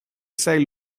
sei